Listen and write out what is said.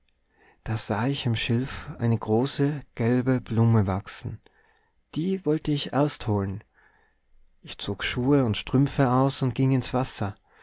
da sah ich im schilf eine große gelbe blume wachsen die wollte ich erst holen ich zog schuhe und strümpfe aus und ging ins wasser